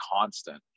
constant